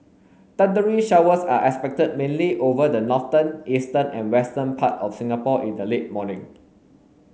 thundery showers are expected mainly over the northern eastern and western part of Singapore in the late morning